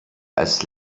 als